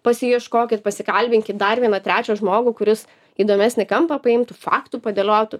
pasiieškokit pasikalbink dar vieną trečią žmogų kuris įdomesnį kampą paimtų faktų padėliotų